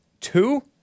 two